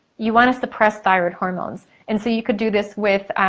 you wanna suppress thyroid hormones and so you could do this with,